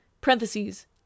Parentheses